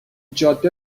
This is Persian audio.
جاده